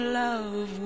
love